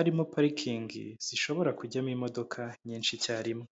arimo parikingi zishobora kujyamo imodoka nyinshi icyarimwe.